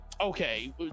okay